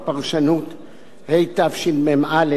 התשמ"א 1981,